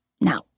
Now